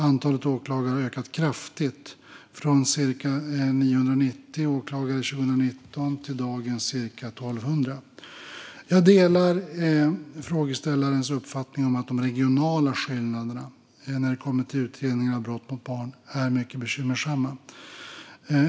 Antalet åklagare har ökat kraftigt, från cirka 990 åklagare år 2019 till dagens cirka 1 200 åklagare. Jag delar frågeställarens uppfattning att de regionala skillnaderna i fråga om utredningar av brott mot barn är mycket bekymmersamma.